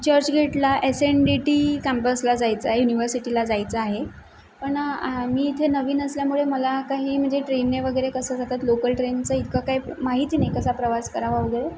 चर्चगेटला S N D T कॅम्पसला जायचं आहे युनिवर्सिटीला जायचं आहे पण मी इथे नवीन असल्यामुळे मला काही म्हणजे ट्रेनने वगैरे कसं जातात लोकल ट्रेनचं इतकं काही माहिती नाही कसा प्रवास करावा वगैरे